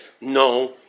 No